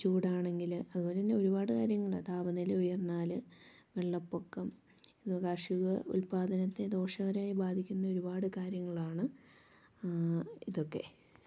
ചൂടാണെങ്കിൽ അതുപോലെ തന്നെ ഒരുപാട് കാര്യങ്ങളുണ്ട് താപനില ഉയർന്നാല് വെള്ളപ്പൊക്കം ഇത് കാർഷിക ഉത്പാദനത്തെ ദോഷകരമായി ബാധിക്കുന്ന ഒരുപാട് കാര്യങ്ങളാണ് ഇതൊക്കെ